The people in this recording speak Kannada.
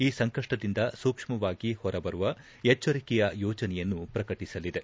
ಈ ಸಂಕಪ್ಪದಿಂದ ಸೂಕ್ಷ್ಮವಾಗಿ ಹೊರಬರುವ ಎಚ್ಚರಿಕೆಯ ಯೋಜನೆಯನ್ನು ಪ್ರಕಟಿಸಲಿದೆ